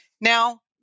Now